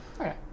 Okay